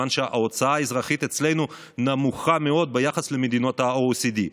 מכיוון שההוצאה האזרחית אצלנו נמוכה מאוד ביחס למדינות ה-OECD,